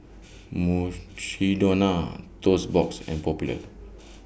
Mukshidonna Toast Box and Popular